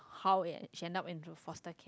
how it she ended up into foster